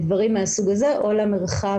דברים מהסוג הזה או למרחב